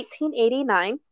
1889